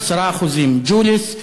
10%; ג'וליס,